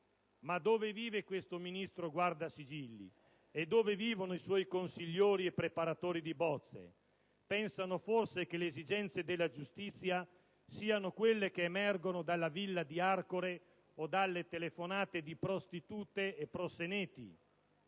Ma dove vive questo Ministro Guardasigilli e dove vivono i suoi "consigliori" e preparatori di bozze? Pensano forse che le esigenze della giustizia siano quelle che emergono dalla villa di Arcore o dalle telefonate di prostitute e prosseneti?